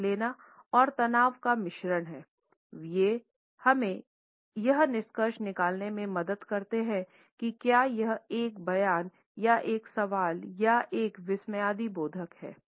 साँस लेना और तनाव का मिश्रण हैं वे हमें यह निष्कर्ष निकालने में मदद करते हैं कि क्या यह एक बयान या एक सवाल या एक विस्मयादिबोधक है